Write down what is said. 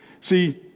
See